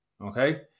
Okay